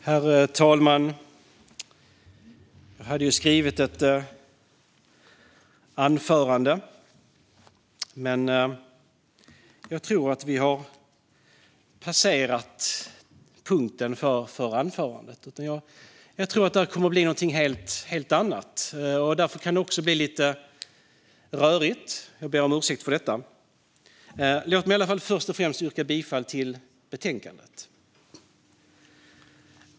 Herr talman! Jag hade skrivit ett anförande, men jag tror att vi har passerat punkten för det anförandet. Jag tror att det här kommer att bli någonting helt annat, och därför kan det också bli lite rörigt. Jag ber om ursäkt för detta. Låt mig i alla fall först och främst yrka bifall till utskottets förslag i betänkandet.